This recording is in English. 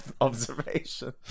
Observation